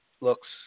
looks